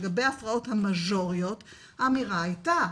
לגבי ההפרעות המז'וריות האמירה הייתה,